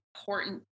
important